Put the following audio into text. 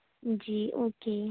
جی okay